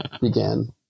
began